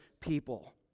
people